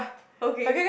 okay